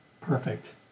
Perfect